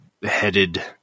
headed